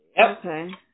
Okay